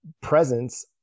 presence